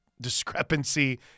discrepancy